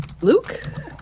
Luke